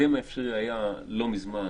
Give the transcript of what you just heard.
ההקדם האפשרי היה לא מזמן,